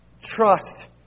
Trust